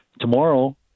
tomorrow